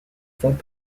font